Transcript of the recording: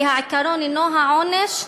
כי העיקרון אינו העונש,